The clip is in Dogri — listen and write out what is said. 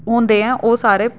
होंदे ऐं ओह् सारे